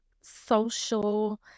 social